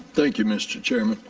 thank you, mr. chairman.